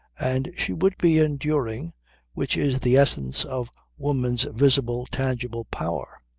and she would be enduring which is the essence of woman's visible, tangible power.